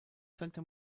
santa